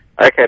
Okay